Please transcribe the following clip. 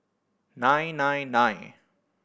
nine nine nine